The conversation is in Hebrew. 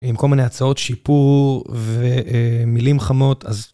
עם כל מיני הצעות שיפור ומילים חמות אז.